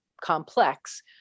complex